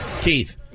Keith